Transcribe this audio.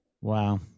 Wow